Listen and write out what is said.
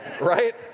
Right